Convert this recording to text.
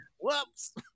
Whoops